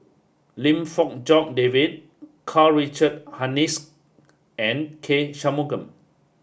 Lim Fong Jock David Karl Richard Hanitsch and K Shanmugam